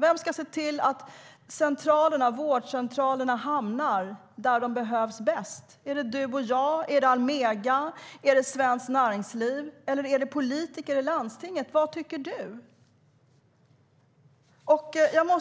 Vem ska se till att vårdcentralerna hamnar där de behövs bäst? Är det du och jag, är det Almega, är det Svenskt Näringsliv eller är det politiker i landstinget - vad tycker du,